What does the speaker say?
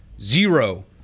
Zero